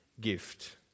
gift